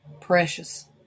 Precious